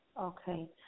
Okay